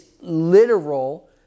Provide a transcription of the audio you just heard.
literal